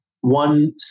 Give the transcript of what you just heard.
one